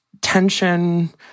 tension